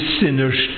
sinners